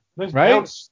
Right